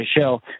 show